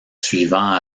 suivants